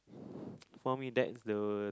for me that's the